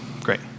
Great